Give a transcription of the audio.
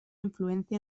influencia